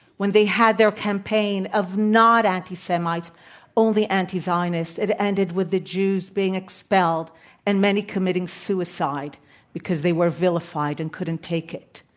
when they had their campaign of not anti-semites only anti-zionists, it ended with the jews being expelled and many committing suicide because they were vilified and couldn't take it.